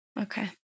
Okay